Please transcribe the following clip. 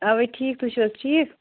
اَوَے ٹھیٖک تُہۍ چھُو حظ ٹھیٖک